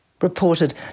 reported